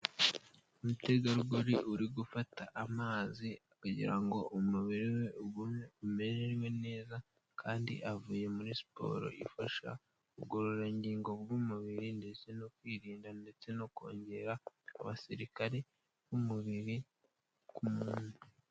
Umutegarugori uri gufata amazi kugira ngo umubiri we ugumye umerewe neza kandi avuye muri siporo ifasha ubugororangingo bw'umubiri ndetse no kwirinda ndetse no kongera abasirikare b'umubiri ku muntu.